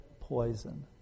poison